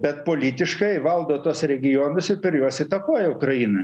bet politiškai valdo tuos regionus per juos įtakoja ukrainą